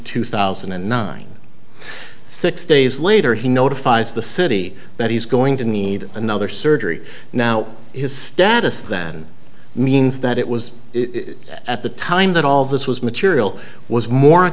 two thousand and nine six days later he notifies the city that he's going to need another surgery now his status then means that it was at the time that all of this was material was more